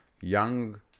young